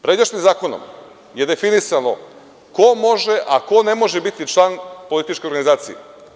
Pređašnjim zakonom je definisano ko može, a ko ne može biti član političke organizacije.